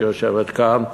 שיושבת כאן.